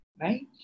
right